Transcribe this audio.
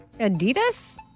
Adidas